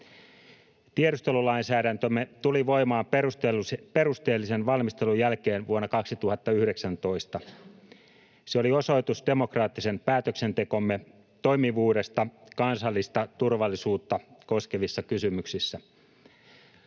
Tiedustelulainsäädäntömme tuli voimaan perusteellisen valmistelun jälkeen vuonna 2019. Se oli osoitus demokraattisen päätöksentekomme toimivuudesta kansallista turvallisuutta koskevissa kysymyksissä.